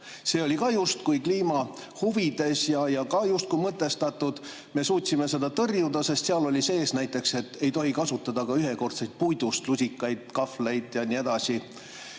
See oli ka justkui kliima huvides ja ka justkui mõtestatud. Me suutsime seda tõrjuda, sest seal oli sees näiteks [nõue], et ei tohi kasutada ka ühekordseid puidust lusikaid, kahvleid ja nii edasi.